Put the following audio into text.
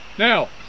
Now